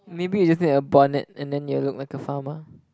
maybe you just need a bonnet and then you look like a farmer